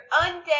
undead